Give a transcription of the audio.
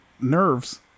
nerves